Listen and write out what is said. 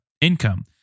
income